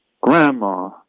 Grandma